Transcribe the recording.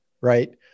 right